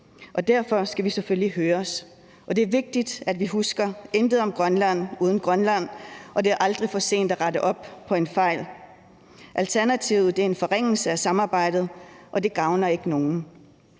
Derfor skal vi selvfølgelig høres, og det er vigtigt, at vi husker: »Intet om Grønland, uden Grønland«. Og det er aldrig for sent at rette op på en fejl. Alternativet er en forringelse af samarbejdet, og det gavner ikke nogen.